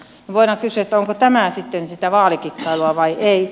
voidaan kysyä onko tämä sitten sitä vaalikikkailua vai ei